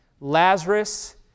Lazarus